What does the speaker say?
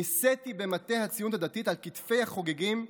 נישאתי במטה הציונות הדתית על כתפי החוגגים,